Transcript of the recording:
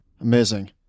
Amazing